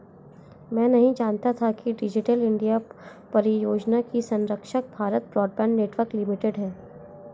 मैं नहीं जानता था कि डिजिटल इंडिया परियोजना की संरक्षक भारत ब्रॉडबैंड नेटवर्क लिमिटेड है